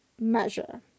measure